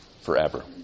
forever